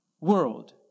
world